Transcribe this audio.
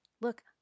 Look